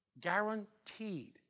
Guaranteed